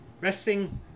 resting